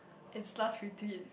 it's last retweet